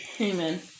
Amen